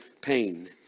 pain